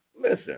Listen